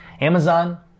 Amazon